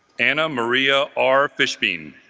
anna maria r. fishbean